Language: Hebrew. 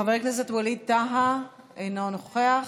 חבר הכנסת ווליד טאהא, אינו נוכח.